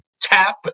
tap